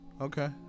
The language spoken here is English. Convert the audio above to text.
Okay